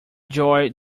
joy